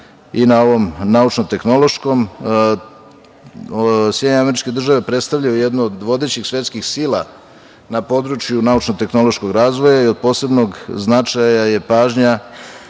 i na ovom naučno-tehnološkom. SAD predstavljaju jednu od vodećih svetskih sila na području naučno-tehnološkog razvoja i od posebnog značaja je pažnja